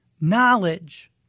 Knowledge